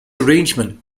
arrangement